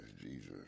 Jesus